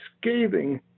scathing